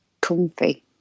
comfy